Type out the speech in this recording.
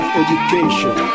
education